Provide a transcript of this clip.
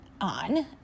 on